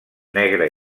negre